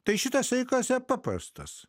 tai šitas saikas paprastas